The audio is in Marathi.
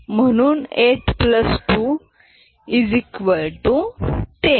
म्हणून 8210